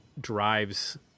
drives